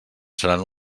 seran